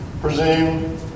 presume